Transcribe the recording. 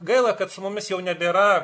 gaila kad su mumis jau nebėra